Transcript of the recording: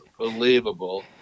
unbelievable